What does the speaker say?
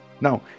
Now